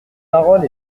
parole